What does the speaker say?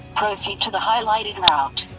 to the highlighted route.